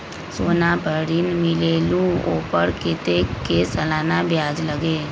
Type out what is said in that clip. सोना पर ऋण मिलेलु ओपर कतेक के सालाना ब्याज लगे?